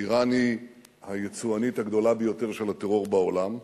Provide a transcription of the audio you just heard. אירן היא היצואנית הגדולה ביותר של הטרור בעולם.